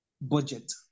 budget